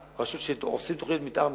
שכשעושים תוכנית מיתאר,